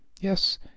Yes